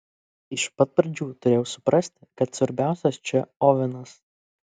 iš pat pradžių turėjau suprasti kad svarbiausias čia ovenas